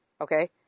okay